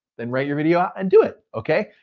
then write your video out and do it. okay,